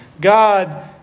God